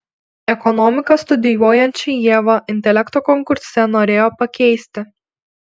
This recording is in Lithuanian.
ekonomiką studijuojančią ievą intelekto konkurse norėjo pakeisti